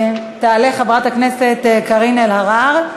תעלה חברת הכנסת קארין אלהרר.